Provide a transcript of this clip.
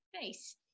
nice